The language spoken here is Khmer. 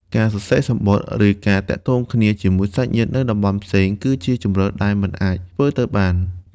ការសរសេរសំបុត្រ ឬការទាក់ទងគ្នាជាមួយសាច់ញាតិនៅតំបន់ផ្សេង គឺជាជម្រើសដែលមិនអាចធ្វើទៅបាន។